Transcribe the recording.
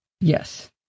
Yes